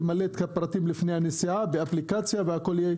ימלא את הפרטים לפני הנסיעה באפליקציה והכול יהיה